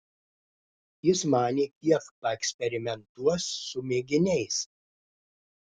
jis manė kiek paeksperimentuos su mėginiais